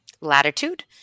latitude